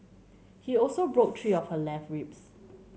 he also broke three of her left ribs